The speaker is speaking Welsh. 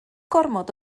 gormod